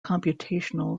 computational